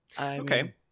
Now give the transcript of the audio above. okay